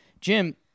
Jim